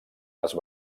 les